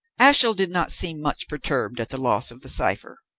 ashiel did not seem much perturbed at the loss of the cipher.